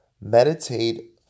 meditate